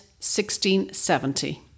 1670